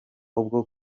ubwo